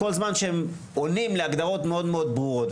כל זמן שהם עונים להגדרות מאוד ברורות.